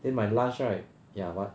then my lunch right ya what